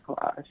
class